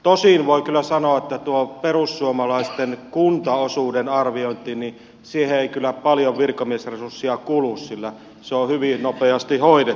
tosin voi kyllä sanoa että tuohon perussuomalaisten kuntaosuuden arviointiin ei kyllä paljon virkamiesresurssia kulu sillä se on hyvin nopeasti hoidettu